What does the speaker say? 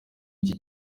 iki